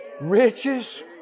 Riches